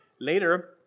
Later